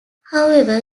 however